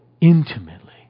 intimately